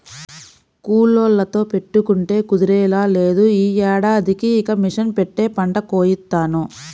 కూలోళ్ళతో పెట్టుకుంటే కుదిరేలా లేదు, యీ ఏడాదికి ఇక మిషన్ పెట్టే పంటని కోయిత్తాను